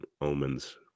Omens